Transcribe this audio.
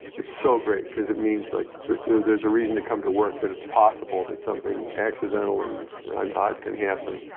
it's so great because it means like there's a reason to come to work, that it's possible that something accidental and odd can happen.